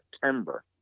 September